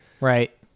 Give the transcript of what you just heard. Right